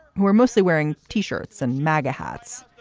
who are mostly wearing t-shirts and magots.